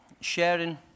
sharing